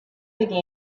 began